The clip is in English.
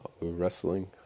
Wrestling